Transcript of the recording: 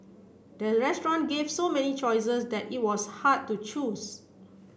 the restaurant gave so many choices that it was hard to choose